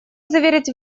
заверить